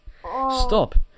Stop